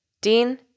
Dean